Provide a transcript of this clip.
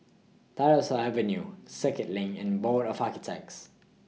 Tyersall Avenue Circuit LINK and Board of Architects